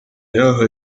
yahya